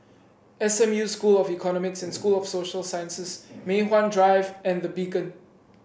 S M U School of Economics and School of Social Sciences Mei Hwan Drive and The Beacon